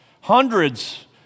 hundreds